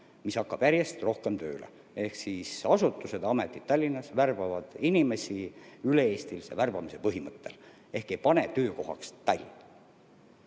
mis hakkab järjest rohkem tööle, ehk asutused ja ametid Tallinnas värbavad inimesi üle-eestilise värbamise põhimõttel ehk ei pane töökohaks "Tallinn".